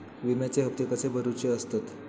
विम्याचे हप्ते कसे भरुचे असतत?